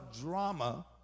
drama